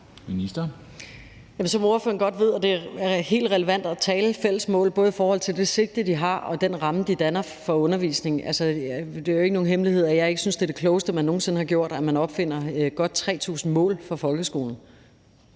Rosenkrantz-Theil): Det er jo helt relevant at tale om fælles mål, både i forhold til det sigte, de har, og den ramme, de danner for undervisningen. Det er jo ikke nogen hemmelighed, at jeg ikke synes, at det, at man opfinder godt 3.000 mål for folkeskolen,